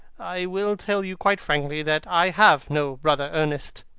i will tell you quite frankly that i have no brother ernest.